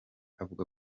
avuga